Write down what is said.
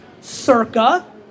Circa